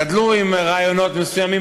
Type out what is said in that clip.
גדלו עם רעיונות מסוימים,